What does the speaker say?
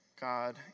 God